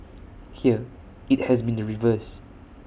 here IT has been the reverse